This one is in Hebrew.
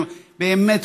באמת,